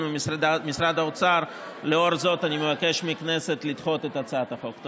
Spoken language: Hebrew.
ומשרד האוצר, אני מבקש מהכנסת לדחות את הצעת החוק.